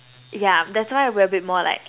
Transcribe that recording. yeah that's why we're a bit more like